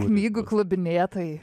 knygų klubinėtojai